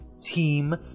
team